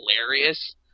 hilarious